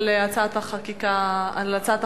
על הצעת החוק הפרטית,